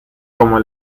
como